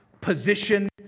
position